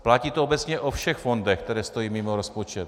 Platí to obecně o všech fondech, které stojí mimo rozpočet.